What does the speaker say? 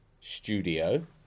studio